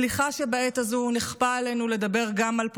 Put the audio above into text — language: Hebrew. סליחה שבעת הזאת נכפה עלינו לדבר גם על פוליטיקה.